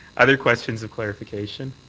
other questions of clarification?